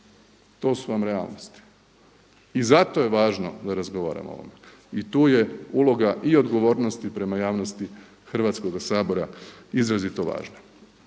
To su vam realnosti i zato je važno da razgovaramo o tome. I tu je uloga i odgovornosti prema javnosti Hrvatskoga sabora izrazito važna.